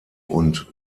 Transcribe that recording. und